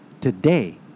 Today